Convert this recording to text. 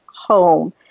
home